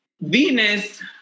Venus